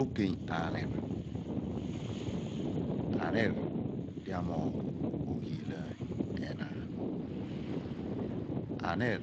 Ogey anir anir di amoogh oghilaany enaan anir